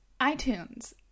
iTunes